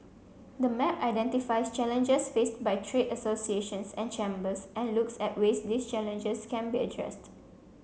the map identifies challenges faced by trade associations and chambers and looks at ways these challenges can be addressed